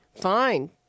fine